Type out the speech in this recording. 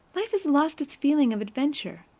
life has lost its feeling of adventure.